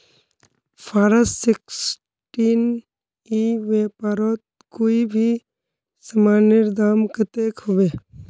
Form sixteen ई व्यापारोत कोई भी सामानेर दाम कतेक होबे?